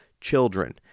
Children